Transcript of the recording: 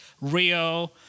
Rio